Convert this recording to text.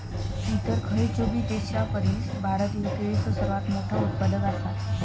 इतर खयचोबी देशापरिस भारत ह्यो केळीचो सर्वात मोठा उत्पादक आसा